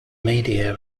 media